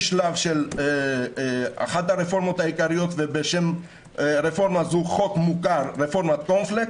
משלב של אחת הרפורמות העיקריות שנקראת רפורמת קורנפלקס,